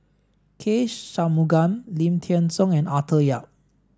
K Shanmugam Lim Thean Soo and Arthur Yap